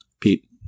Pete